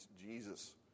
Jesus